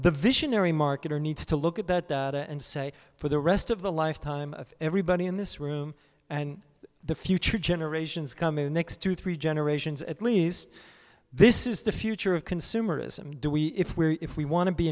the visionary marketer needs to look at that and say for the rest of the lifetime of everybody in this room and the future generations come in the next two three generations at least this is the future of consumerism do we if we're if we want to be